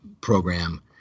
program